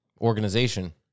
organization